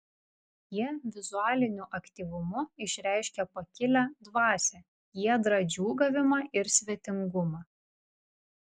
jie vizualiniu aktyvumu išreiškė pakilią dvasią giedrą džiūgavimą ir svetingumą